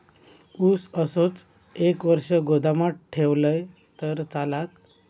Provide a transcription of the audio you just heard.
ऊस असोच एक वर्ष गोदामात ठेवलंय तर चालात?